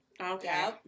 Okay